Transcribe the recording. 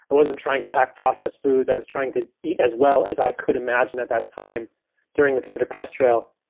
but wasn't trying to pack processed foods. i was trying to eat as well as i could imagine at that time during the pacific crest trail.